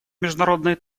международной